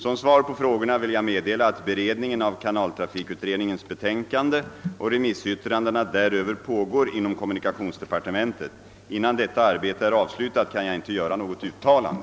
Som svar på frågorna vill jag meddela att beredningen av kanaltrafikutredningens betänkande och remissyttrandena däröver pågår inom kommunikationsdepartementet. Innan detta arbete är avslutat kan jag inte göra något uttalande.